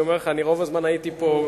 אני אומר לך: אני רוב הזמן הייתי פה,